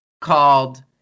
called